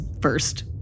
first